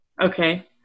Okay